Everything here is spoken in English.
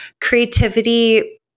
creativity